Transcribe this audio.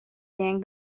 during